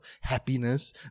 happiness